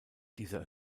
dieser